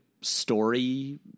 story